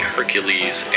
Hercules